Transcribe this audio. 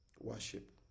worship